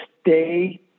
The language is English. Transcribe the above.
stay